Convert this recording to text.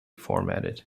formatted